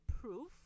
proof